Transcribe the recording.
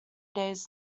days